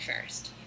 first